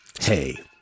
hey